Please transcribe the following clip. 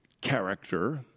character